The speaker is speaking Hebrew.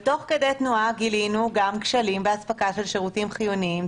ותוך כדי תנועה גילינו גם כשלים באספקה של שירותים חיוניים,